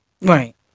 Right